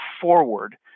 forward